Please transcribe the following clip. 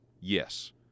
Yes